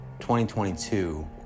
2022